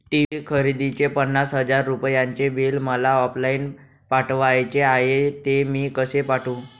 TV खरेदीचे पन्नास हजार रुपयांचे बिल मला ऑफलाईन पाठवायचे आहे, ते मी कसे पाठवू?